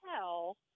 tell